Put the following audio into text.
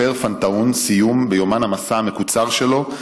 מספר פנתהון סיום ביומן המסע המקוצר שלו,